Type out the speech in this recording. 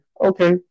okay